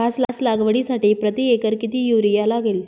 घास लागवडीसाठी प्रति एकर किती युरिया लागेल?